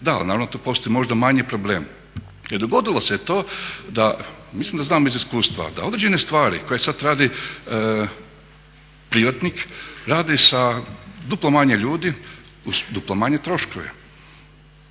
ali naravno tu postoji možda manji problem jer dogodilo se to da, mislim da znam iz iskustva, da određene stvari koje sad radi privatnik radi sa duplo manje ljudi uz duplo manje troškove,